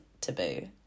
taboo